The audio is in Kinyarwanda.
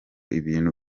ibintu